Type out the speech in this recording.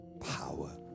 power